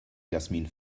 jasmin